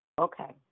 Okay